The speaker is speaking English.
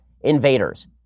invaders